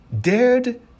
dared